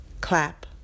Clap